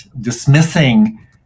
dismissing